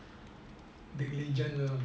dilligent